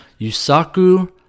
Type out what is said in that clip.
Yusaku